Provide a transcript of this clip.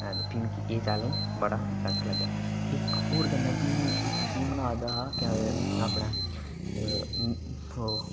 ते मिगी एह् चेलैंज बड़ा सख्त लग्गेआ ते इक्क होर चीज़ में बना दा हा अपने ओह्